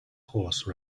horse